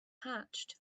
hatched